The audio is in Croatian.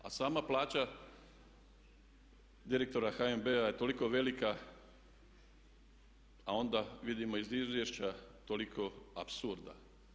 A sama plaća direktora HNB-a je toliko velika a onda vidimo iz izvješća toliko apsurda.